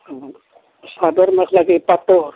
চাদৰ মেখেলা কি পাটৰ